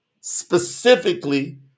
specifically